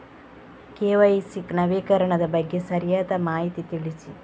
KYC ನವೀಕರಣದ ಬಗ್ಗೆ ಸರಿಯಾದ ಮಾಹಿತಿ ತಿಳಿಸಿ?